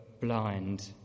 blind